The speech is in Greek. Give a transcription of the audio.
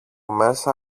μέσα